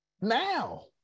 Now